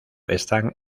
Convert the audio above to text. están